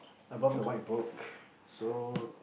above the white book so